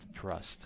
Trust